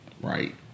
Right